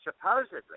Supposedly